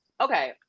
Okay